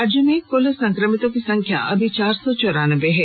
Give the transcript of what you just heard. राज्य में कुल संक्रमितों की संख्या अभी चार सौ चौरानबे है